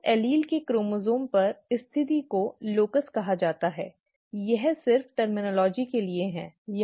उस एलील के क्रोमोसोम पर स्थिति को लोकस कहा जाता है यह सिर्फ शब्दावली के लिए है ठीक है